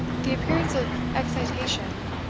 the appearance of excitation,